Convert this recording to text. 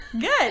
Good